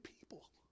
people